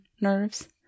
nerves